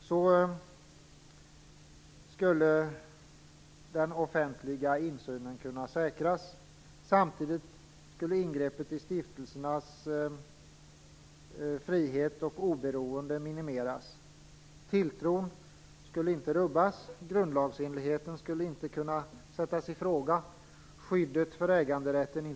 Så skulle det offentligas insyn säkras. Samtidigt skulle ingreppet i stiftelsernas frihet och oberoende minimeras. Tilltron skulle inte rubbas. Grundlagsenligheten skulle inte kunna sättas i fråga, och inte heller skyddet för äganderätten.